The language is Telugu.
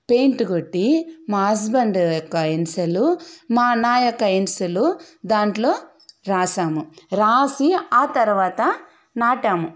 పెయింటు కొట్టి మా హస్బెండు యొక్క ఇన్సిలు మా నా యొక్క ఇన్సిలు దాంట్లో వ్రాసాము రాసి ఆ తర్వాత నాటాము